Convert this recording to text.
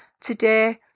today